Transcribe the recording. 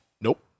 Nope